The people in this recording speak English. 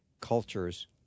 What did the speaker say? cultures